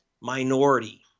minority